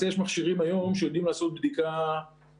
ישראל הגדולה והחכמה לא מצאה לזה פתרון.